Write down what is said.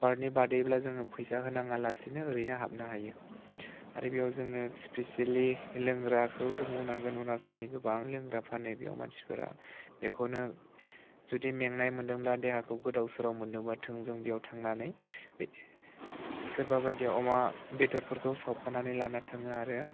पार्कनि बादैब्ला जोङो फैसा होनाङालासिनो ओरैनो हाबनो हायो आरो बेयाव जोङो स्पिसियेलि लोंग्राखौ जों बुंनांगोन अरुनाचलनिफ्राय गोबां लोंग्रा फानो बेयाव मानसिफोरा बेखौनो जुदि मेंनाय मोन्दोंब्ला देहाखौ गोदाव सोराव मोन्दोंबाथ' जों थोंजों बेयाव थांनानै बे सोरबा बायदियाव अमा बेदर बेफोरखौ सावखानानै लानो थाङो आरो